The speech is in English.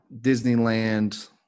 Disneyland